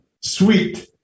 Sweet